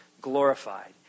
glorified